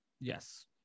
Yes